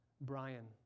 Brian